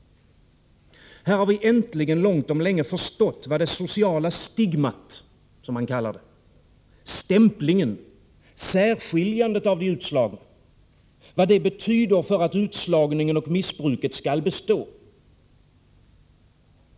Här har vi äntligen långt om länge förstått vad det sociala stigmat, som man kallar det, stämplingen, särskiljandet av de utslagna, betyder för att utslagningen och missbruket skall bestå.